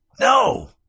No